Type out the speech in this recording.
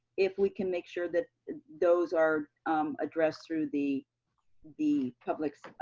if we can make sure that those are addressed through the the public,